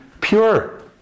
pure